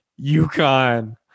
UConn